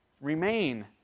remain